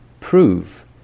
prove